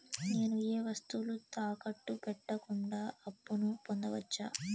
నేను ఏ వస్తువులు తాకట్టు పెట్టకుండా అప్పును పొందవచ్చా?